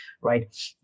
right